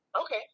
Okay